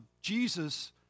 Jesus